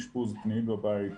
אשפוז פנים בבית,